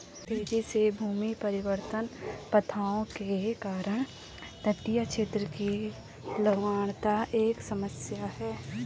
तेजी से भूमि परिवर्तन प्रथाओं के कारण तटीय क्षेत्र की लवणता एक समस्या है